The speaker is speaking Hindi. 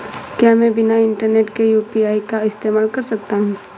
क्या मैं बिना इंटरनेट के यू.पी.आई का इस्तेमाल कर सकता हूं?